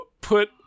put